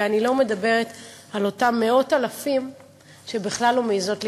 ואני לא מדברת על אותן מאות-אלפים שבכלל לא מעזות להתלונן.